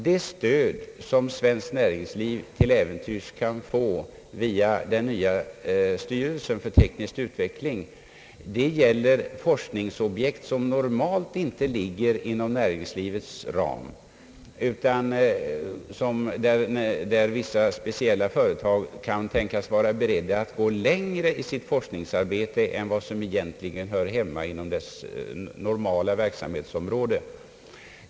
Det stöd som svenskt näringsliv till äventyrs kan få via den nya styrelsen för teknisk utveckling gäller forskningsobjekt, som normalt inte ligger inom näringslivets ram, utan där vissa speciella företag kan tänkas vara beredda att gå längre i sitt forskningsarbete än som egentligen hör hemma inom deras normala verksamhetsområde.